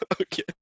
Okay